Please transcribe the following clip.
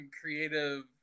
creative